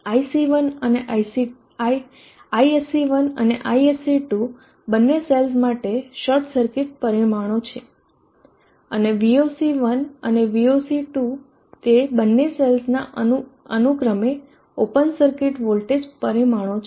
ISC1 અને ISC2 બંને cells માટે શોર્ટ સર્કિટ પરિમાણો છે અને VOC1 અને VOC2 તે બે સેલ્સનાં અનુક્રમે ઓપન સર્કિટ વોલ્ટેજ પરિમાણો છે